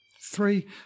Three